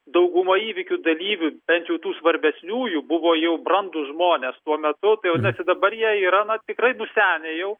dauguma įvykių dalyvių bent jau tų svarbesniųjų buvo jau brandūs žmonės tuo metu tai vadinasi dabar jie yra na tikrai nusenę jau